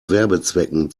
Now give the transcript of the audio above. werbezwecken